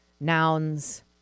nouns